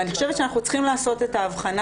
ואני חושבת שאנחנו צריכים לעשות את ההבחנה